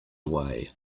away